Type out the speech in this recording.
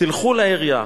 תלכו לעירייה.